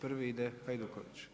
Prvi ide Hajduković.